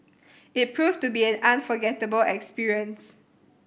it proved to be an unforgettable experience